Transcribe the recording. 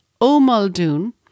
O'Muldoon